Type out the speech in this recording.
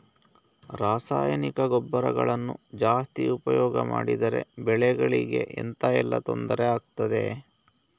ರಾಸಾಯನಿಕ ಗೊಬ್ಬರಗಳನ್ನು ಜಾಸ್ತಿ ಉಪಯೋಗ ಮಾಡಿದರೆ ಬೆಳೆಗಳಿಗೆ ಎಂತ ಎಲ್ಲಾ ತೊಂದ್ರೆ ಆಗ್ತದೆ?